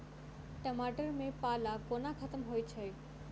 टमाटर मे पाला कोना खत्म होइ छै?